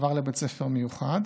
ועבר לבית ספר מיוחד.